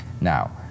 Now